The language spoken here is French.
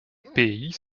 pays